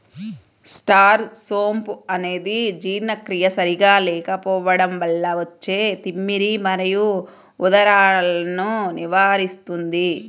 star సోంపు అనేది జీర్ణక్రియ సరిగా లేకపోవడం వల్ల వచ్చే తిమ్మిరి మరియు ఉదరాలను నివారిస్తుంది